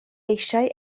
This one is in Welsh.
eisiau